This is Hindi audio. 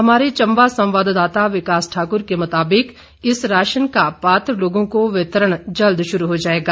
हमारे चंबा संवावदाता विकास ठाकुर के मुताबिक इस राशन का पात्र लोगों को वितरण जल्द शुरू हो जाएगा